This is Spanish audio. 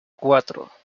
cuatro